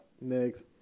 Next